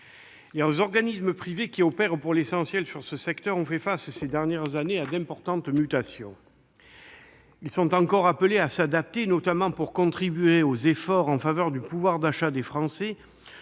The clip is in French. Les organismes privés qui opèrent pour l'essentiel sur ce secteur ont fait face ces dernières années à d'importantes mutations. Ils sont encore appelés à s'adapter, notamment pour contribuer aux efforts en faveur du pouvoir d'achat des Français,